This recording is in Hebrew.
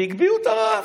והגביהו את הרף,